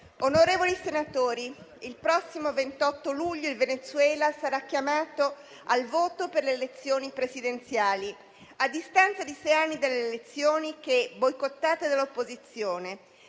onorevoli senatori, il prossimo 28 luglio il Venezuela sarà chiamato al voto per le elezioni presidenziali, a distanza di sei anni dalle elezioni che, boicottate dall'opposizione,